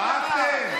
צעקתם?